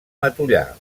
matollar